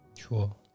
Sure